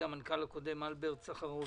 המנכ"ל הקודם אלברט סחרוביץ'